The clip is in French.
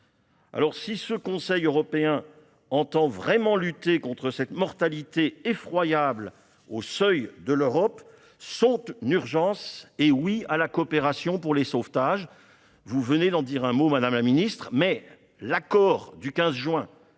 monde. Si ce Conseil européen entend vraiment lutter contre cette mortalité effroyable au seuil de l'Europe, son urgence doit être d'organiser la coopération pour les sauvetages- vous venez d'en dire un mot, madame la secrétaire d'État. Or l'accord du 15 juin